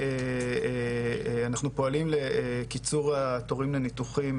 אנחנו פועלים לקיצור התורים של ניתוחים,